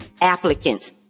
applicants